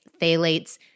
phthalates